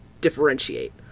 differentiate